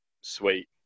sweet